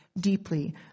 deeply